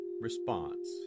response